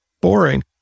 boring